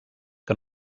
que